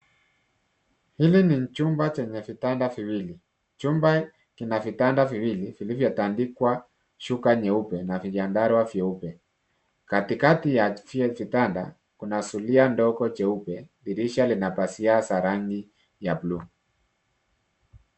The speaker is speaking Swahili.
Hili ni chumba chenye vitanda viwili. Chumba kina vitanda viwili vilivyotandikwa shuka nyeupe na vinyandarwa vieupe. Katikati ya vitanda kuna zulia ndogo jeupe. Dirisha lina pazia za rangi ya blue .